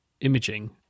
imaging